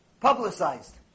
publicized